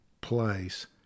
place